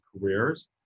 careers